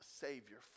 Savior